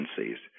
agencies